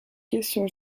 questions